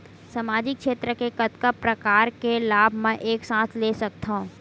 सामाजिक क्षेत्र के कतका प्रकार के लाभ मै एक साथ ले सकथव?